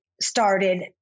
started